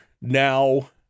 now